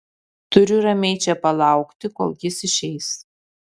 turiu ramiai čia palaukti kol jis išeis